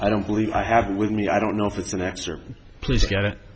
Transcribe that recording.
i don't believe i have with me i don't know if it's an excerpt please get it